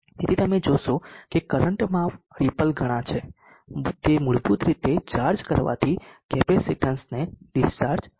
તેથી તમે જોશો કે કરંટમાં રીપલ ઘણાં છે આ મૂળભૂત રીતે ચાર્જ કરવાથી કેપેસિટીન્સને ડિસ્ચાર્જ કરી શકાય છે